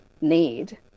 need